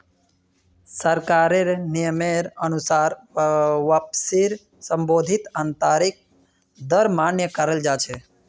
सरकारेर नियमेर अनुसार वापसीर संशोधित आंतरिक दर मान्य कराल जा छे